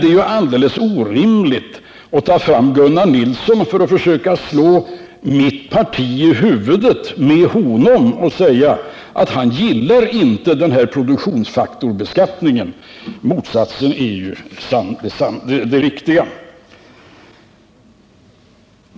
Det är alldeles orimligt att ta fram Gunnar Nilsson och försöka slå socialdemokratin i huvudet med honom och säga att han inte gillar produktionsfaktorsbeskattningen. Motsatsen är det riktiga.